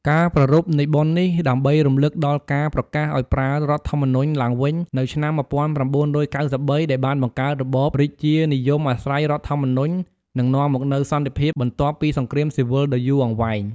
ការប្រារព្ធនៃបុណ្យនេះ ដើម្បីរំលឹកដល់ការប្រកាសឱ្យប្រើរដ្ឋធម្មនុញ្ញឡើងវិញនៅឆ្នាំ ១៩៩៣ ដែលបានបង្កើតរបបរាជានិយមអាស្រ័យរដ្ឋធម្មនុញ្ញ និងនាំមកនូវសន្តិភាព បន្ទាប់ពីសង្គ្រាមស៊ីវិលដ៏យូរអង្វែង។